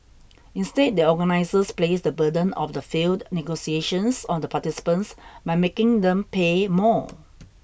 instead the organisers placed the burden of the failed negotiations on the participants by making them pay more